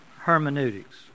hermeneutics